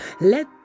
Let